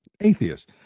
atheists